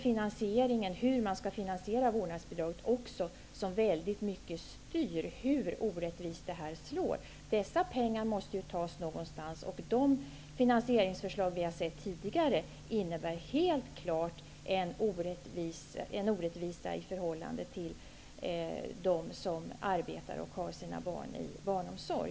Finansieringen av vårdnadsbidraget styr väldigt mycket hur orättvist det slår. Pengarna måste ju tas någonstans. De finanseringsförslag som vi har sett tidigare innebär helt enkelt en orättvisa för dem som arbetar och har sina barn i barnomsorg.